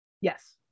Yes